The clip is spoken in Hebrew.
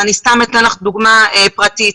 אני אתן לך דוגמה פרטית.